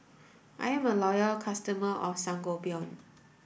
I'm a loyal customer of Sangobion